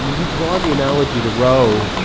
i mean you draw the analogy to roe.